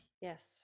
yes